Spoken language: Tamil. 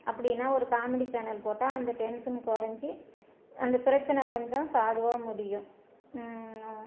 அப்படின்னா ஒரு காமெடி சேனல் போட்டால் அந்த டென்சன் குறஞ்சி அந்த பிரச்சனை கொஞ்சம் சாதுவாக முடியும்